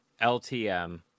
LTM